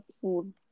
food